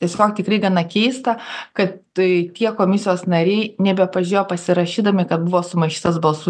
tiesiog tikrai gana keista kad tai tie komisijos nariai nebepažiūrėjo pasirašydami kad buvo sumaišytas balsų